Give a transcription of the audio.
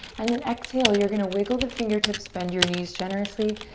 and then exhale, you're gonna wiggle the fingertips, bend your knees generously.